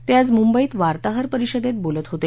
ते आज मुंबईत वार्ताहर परिषदेत बोलत होते